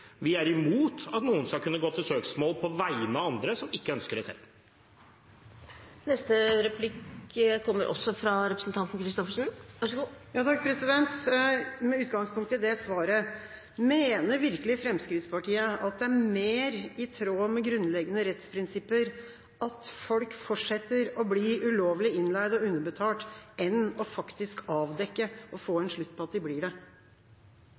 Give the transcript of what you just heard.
Vi er imot at noen skal kunne gå til søksmål på vegne av andre som ikke ønsker det selv. Med utgangspunkt i det svaret: Mener virkelig Fremskrittspartiet at det er mer i tråd med grunnleggende rettsprinsipper at folk fortsetter å bli ulovlig innleid og underbetalt, enn faktisk å avdekke og få en slutt på at de blir det?